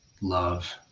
Love